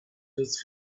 his